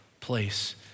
place